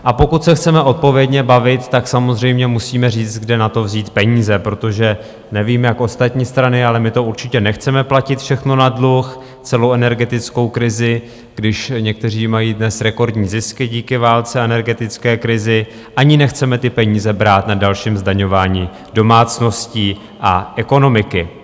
A pokud se chceme odpovědně bavit, samozřejmě musíme říct, kde na to vzít peníze, protože nevím, jak ostatní strany, ale my to určitě nechceme platit všechno na dluh, celou energetickou krizi, když někteří mají dnes rekordní zisky díky válce a energetické krizi, ani nechceme ty peníze brát na dalším zdaňování domácností a ekonomiky.